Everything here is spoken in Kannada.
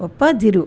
ಒಪ್ಪದಿರು